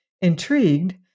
intrigued